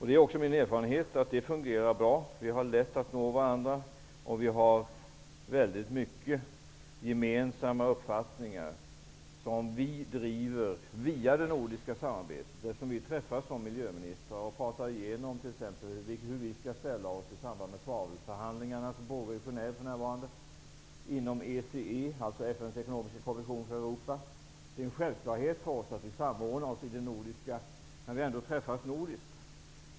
Det är också min erfarenhet att detta fungerar bra. Vi har lätt att nå varandra, och vi har många gemensamma uppfattningar som vi driver via det nordiska samarbetet. Vi träffas som miljöministrar och pratar t.ex. igenom hur vi skall ställa oss i samband med de svavelförhandlingar som för närvarande pågår i Genève inom ramen för ECE, FN:s ekonomiska kommission för Europa. Det är en självklarhet för oss att vi samordnar oss våra nordiska intressen när vi ändå träffas på nordisk basis.